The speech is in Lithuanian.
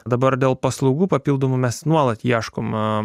dabar dėl paslaugų papildomų mes nuolat ieškoma